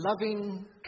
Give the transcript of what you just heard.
Loving